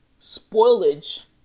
spoilage